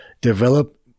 develop